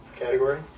category